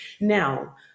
now